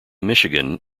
michigan